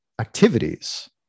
activities